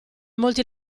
molti